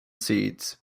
seeds